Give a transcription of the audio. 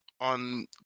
on